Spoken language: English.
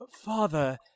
Father